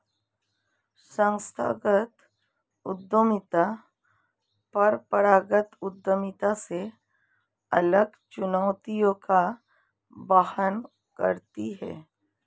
संस्थागत उद्यमिता परंपरागत उद्यमिता से अलग चुनौतियों का वहन करती है